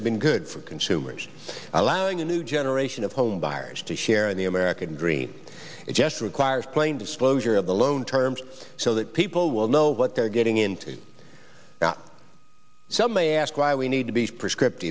have been good for consumers allowing a new generation of home buyers to share in the american dream it just requires plain disclosure of the loan terms so that people will know what they're getting into now some may ask why we need to be prescripti